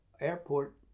Airport